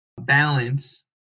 balance